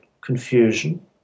confusion